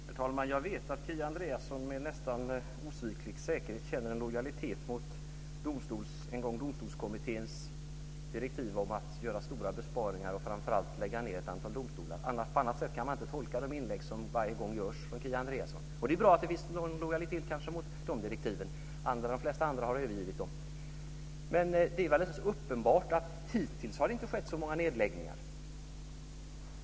Herr talman! Jag vet att Kia Andreasson med nästan osviklig säkerhet känner en lojalitet mot en gång Domstolskommitténs direktiv om att göra stora besparingar och framför allt att lägga ned ett antal domstolar. På annat sätt kan man inte tolka de inlägg som görs av Kia Andreasson. Det är bra att det finns en lojalitet mot de direktiven, de flesta andra har övergivit dem. Det är klart att det hittills inte har skett så många nedläggningar.